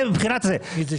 בחודש.